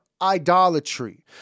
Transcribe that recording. idolatry